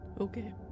Okay